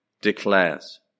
declares